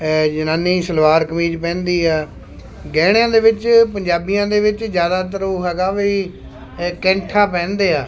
ਜਨਾਨੀ ਸਲਵਾਰ ਕਮੀਜ਼ ਪਹਿਨਦੀ ਹੈ ਗਹਿਣਿਆਂ ਦੇ ਵਿੱਚ ਪੰਜਾਬੀਆਂ ਦੇ ਵਿੱਚ ਜ਼ਿਆਦਾਤਰ ਉਹ ਹੈਗਾ ਵੀ ਕੈਂਠਾ ਪਹਿਨਦੇ ਹੈ